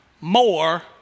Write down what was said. more